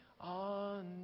on